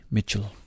Mitchell